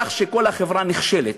כך שכל החברה נחשלת,